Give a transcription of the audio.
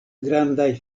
grandaj